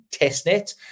testnet